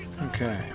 Okay